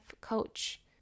coach